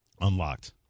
Unlocked